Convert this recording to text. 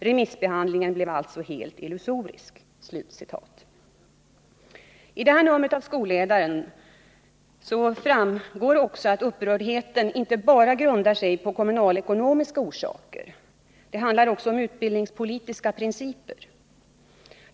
Remissbehandlingen blev alltså helt illusorisk.” I det här numret av Skolledaren framgår det också att upprördheten inte bara har kommunalekonomiska orsaker. Det handlar också om utbildningspolitiska principer.